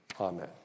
Amen